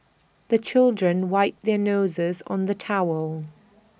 the children wipe their noses on the towel